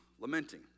lamenting